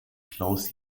klaus